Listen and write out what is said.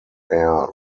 air